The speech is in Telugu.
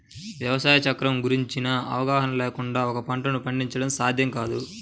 వ్యవసాయ చక్రం గురించిన అవగాహన లేకుండా ఒక పంటను పండించడం సాధ్యం కాదు